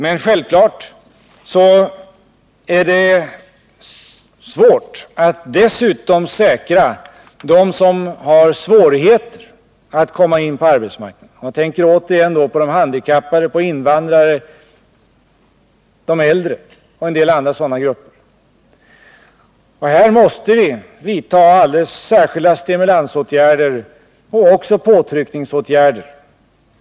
Men självfallet är det viktigt att därutöver säkra möjligheterna för dem som har svårt att komma in på arbetsmarknaden — jag tänker då återigen på de handikappade, på invandrarna, på de äldre och på en del andra sådana grupper. Här måste vi vidta alldeles speciella stimulansåtgärder liksom också påtryckningsåtgärder.